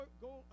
go